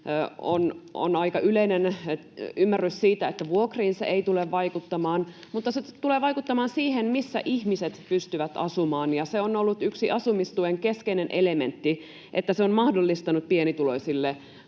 On aika yleinen ymmärrys siitä, että vuokriin se ei tule vaikuttamaan, mutta se tulee vaikuttamaan siihen, missä ihmiset pystyvät asumaan, ja on ollut yksi asumistuen keskeinen elementti, että se on mahdollistanut pienituloisille